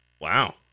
Wow